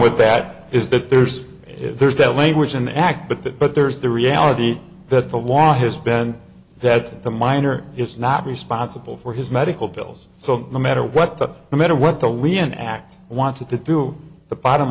with that is that there's a there's that language an act but that but there's the reality that the law has been that the minor is not responsible for his medical bills so no matter what that no matter what the leon act wanted to do the bottom